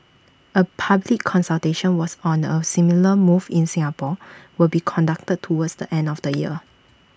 A public consultation was on A similar move in Singapore will be conducted towards the end of the year